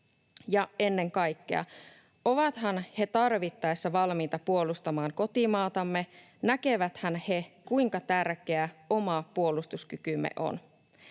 Ja ennen kaikkea ovathan he tarvittaessa valmiita puolustamaan kotimaatamme? Näkeväthän he, kuinka tärkeä oma puolustuskykymme on?